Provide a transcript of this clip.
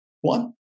One